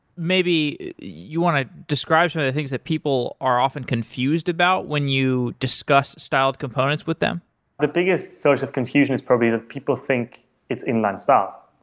maybe you want to describe some of the things that people are often confused about when you discuss styled components with them the biggest source of confusion is probably that people think it's inline styles.